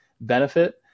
benefit